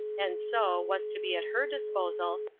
and so, was to be at her disposal,